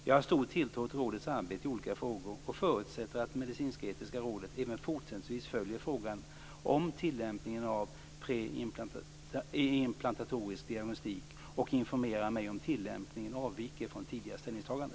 Jag har stor tilltro till rådets arbete i olika frågor och förutsätter att medicinsk-etiska rådet även fortsättningsvis följer frågan om tillämpningen av preimplantatorisk diagnostik och informerar mig om tillämpningen avviker från tidigare ställningstagande.